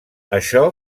això